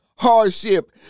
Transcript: Hardship